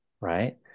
right